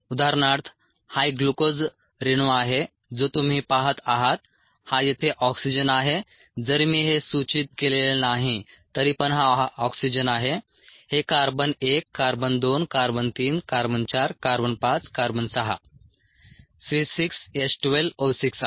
उदाहरणार्थ हा 1 ग्लूकोज रेणू आहे जो तुम्ही पाहत आहात हा येथे ऑक्सिजन आहे जरी मी हे सूचित केलेले नाही तरी पण हा ऑक्सिजन आहे हे carbon 1 carbon 2 carbon 3 carbon 4 carbon 5 carbon 6 C6H12O6 आहे